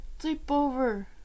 sleepover